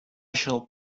shall